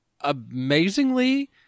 Amazingly